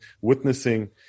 witnessing